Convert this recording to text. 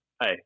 hey